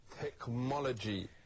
technology